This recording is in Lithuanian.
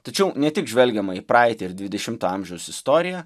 tačiau ne tik žvelgiama į praeitį ir dvidešimto amžiaus istoriją